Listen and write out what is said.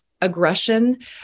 aggression